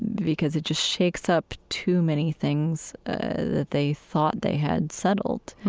because it just shakes up too many things that they thought they had settled.